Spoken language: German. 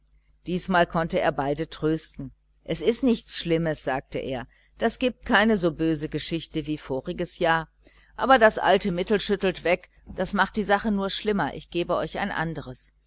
diesmal konnte er beide trösten es ist nichts schlimmes sagte er das gibt keine so böse geschichte wie voriges jahr aber das alte mittel schüttet weg das macht die sache nur schlimmer ich gebe euch ein anderes